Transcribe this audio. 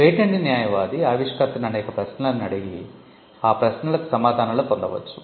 patent న్యాయవాది ఆవిష్కర్తను అనేక ప్రశ్నలను అడిగి ఆ ప్రశ్నలకు సమాధానాలు పొందవచ్చు